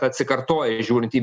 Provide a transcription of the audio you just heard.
atsikartoja žiūrint į